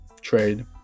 trade